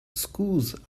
schools